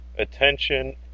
Attention